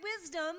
wisdom